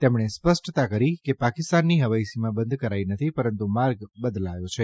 તેમણે સ્પષ્ટતા કરી કે પાકિસ્તાનની હવાઇસીમા બંધ કરાઇ નથી પરંતુ માર્ગ બદલાયો છે